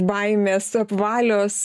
baimės apvalios